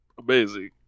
amazing